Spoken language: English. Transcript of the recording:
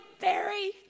Barry